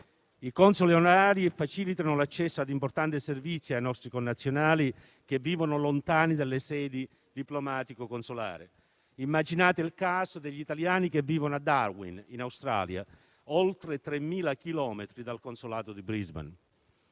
I consoli onorari, infatti, facilitano l'accesso ad importanti servizi ai nostri connazionali che vivono lontani dalle sedi diplomatico-consolari. Immaginate il caso degli italiani che vivono a Darwin, in Australia, ad oltre 3.000 chilometri dal consolato di Brisbane.